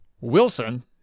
wilson